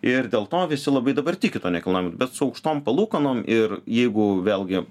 ir dėl to visi labai dabar tiki tuo nekilnojamu bet su aukštom palūkanom ir jeigu vėlgi